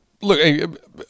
look